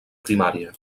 primària